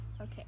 Okay